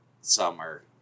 summer